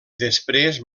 després